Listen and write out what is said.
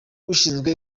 ushinzwe